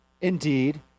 indeed